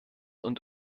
und